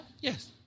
Yes